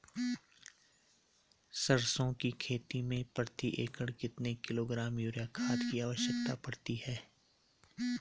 सरसों की खेती में प्रति एकड़ कितने किलोग्राम यूरिया खाद की आवश्यकता पड़ती है?